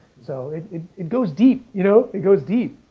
so, it it goes deep, you know, it goes deep.